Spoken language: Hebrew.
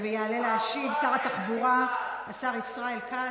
יעלה להשיב שר התחבורה, השר ישראל כץ.